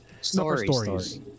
Stories